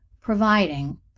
providing